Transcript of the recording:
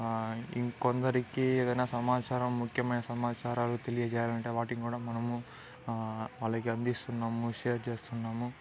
ఇంకొందరికి ఏదైనా సమాచారం ముఖ్యమైన సమాచారాలు తెలియజేయాలంటే వాటిని కూడా మనం వాళ్ళకి అందిస్తున్నాము షేర్ చేస్తున్నాము